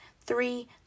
three